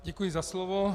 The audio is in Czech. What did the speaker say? Děkuji za slovo.